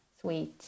sweet